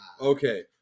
okay